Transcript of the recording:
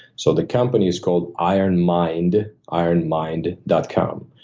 so the company is called ironmind, ironmind dot com.